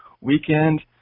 weekend